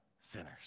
sinners